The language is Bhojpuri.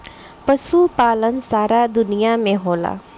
पशुपालन सारा दुनिया में होला